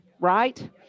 right